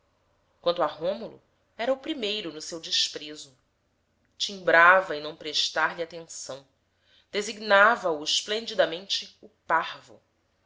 quanto a rômulo era o primeiro no seu desprezo timbrava em não prestar lhe atenção designava o esplendidamente o parvo